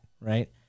right